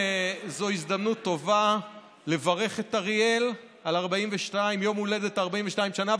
זו הזדמנות טובה לברך את אריאל על יום הולדת 42 שנה,